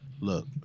Look